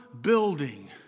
building